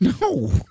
No